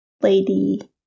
lady